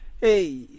hey